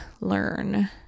learn